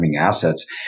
assets